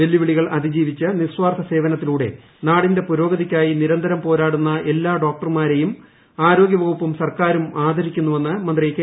വെല്ലുവിളികൾ അതിജീവിച്ച് നിസ്വാർത്ഥ സേവനത്തിലൂടെ നാടിന്റെ പുരോഗതിയ്ക്കായി നിരന്തരം പോരാടുന്ന എല്ലാ ഡോക്ടർമാരെയും ആരോഗ്യ വകുപ്പും സർക്കാരും ആദരിക്കുന്നുവെന്ന് മന്ത്രി കെ